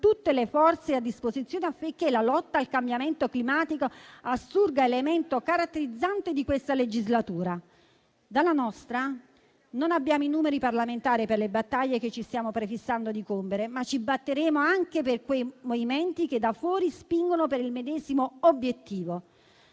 tutte le forze a disposizione affinché la lotta al cambiamento climatico assurga a elemento caratterizzante di questa legislatura. Dalla nostra non abbiamo i numeri parlamentari per le battaglie che ci stiamo prefissando, ma ci batteremo anche per i movimenti che da fuori spingono per il medesimo obiettivo.